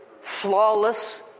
flawless